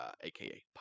aka